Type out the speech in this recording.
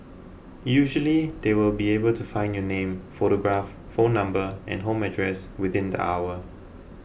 usually they will be able to find your name photograph phone number and home address within the hour